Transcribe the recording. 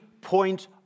point